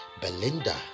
Belinda